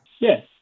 Yes